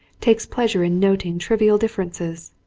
takes pleasure in noting trivial dif ferences,